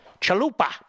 Chalupa